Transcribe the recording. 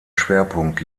schwerpunkt